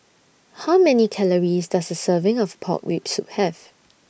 How Many Calories Does A Serving of Pork Rib Soup Have